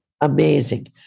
Amazing